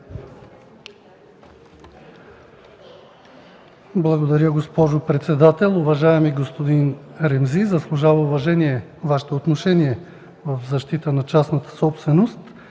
Благодаря, госпожо председател. Уважаеми господин Осман, заслужава уважение Вашето отношение в защита на частната собственост.